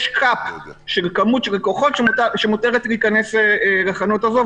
יש קאפ של כמות לקוחות שמותרת להיכנס לחנות הזאת,